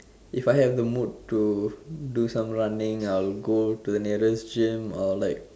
if I have the mood to do some running I'll go to the nearest gym or like